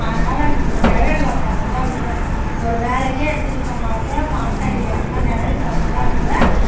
அதனால் இப்போ நிழல்ல பார்த்து தான் விடுவேன் ஒரு வேலைக்கே எடுத்துகிட்டுப் போனாலும் கூட மரத்தடி எங்கனா நிழல் பார்த்துதான் விடுவேன்